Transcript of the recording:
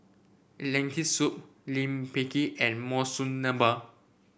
Lentil Soup Lime Pickle and Monsunabe